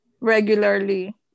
regularly